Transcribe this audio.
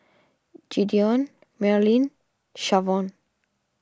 Gideon Merilyn Shavonne